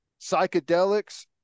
psychedelics